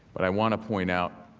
but i want to point out